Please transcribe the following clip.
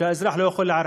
שהאזרח לא יכול לערער,